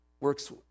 works